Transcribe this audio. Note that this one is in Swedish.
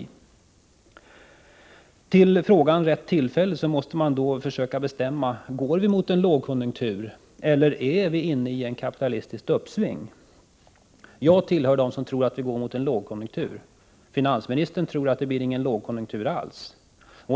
När det gäller frågan om rätt tillfälle måste man försöka bestämma sig: Går vi mot en lågkonjunktur, eller är vi inne i ett kapitalistiskt uppsving? Jag tillhör dem som tror att vi går mot en lågkonjunktur. Finansministern tror att det inte blir någon lågkonjunktur alls.